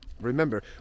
remember